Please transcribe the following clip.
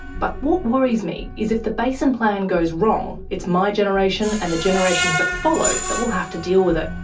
but what worries me is if the basin plan goes wrong, it's my generation, and the generations that follow, that will have to deal with it.